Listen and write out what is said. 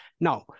Now